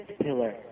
pillar